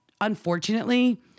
unfortunately